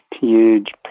huge